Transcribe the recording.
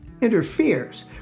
interferes